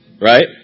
right